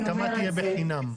ההסכמה תהיה בחינם...